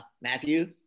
Matthew